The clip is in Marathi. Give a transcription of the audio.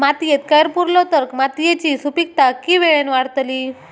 मातयेत कैर पुरलो तर मातयेची सुपीकता की वेळेन वाडतली?